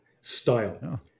style